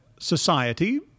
society